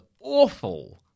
awful